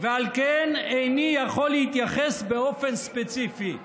ועל כן איני יכול להתייחס באופן ספציפי".